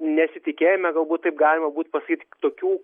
nesitikėjome galbūt taip galima būtų pasakyti tokių